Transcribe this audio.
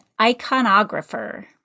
iconographer